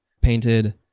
painted